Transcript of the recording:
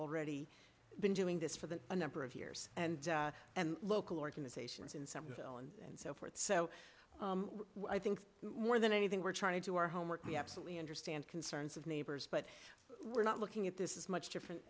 already been doing this for the a number of years and and local organizations in somerville and so forth so what i think more than anything we're trying to do our homework we absolutely understand concerns of neighbors but we're not looking at this is much different